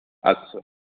अच्छा